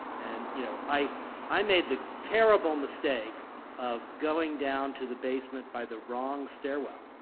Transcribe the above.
and, you know, i i made the terrible mistake of going down to the basement by the wrong stairwell,